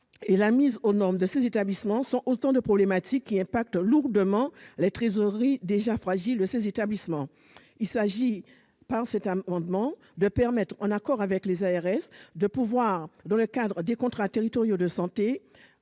la mise aux normes de ces établissements sont autant de problématiques qui impactent lourdement leurs trésoreries déjà fragiles. Il s'agit par cet amendement de permettre, en accord avec les ARS et dans le cadre des contrats territoriaux de santé,